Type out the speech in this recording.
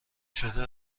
شده